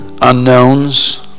unknowns